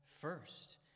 first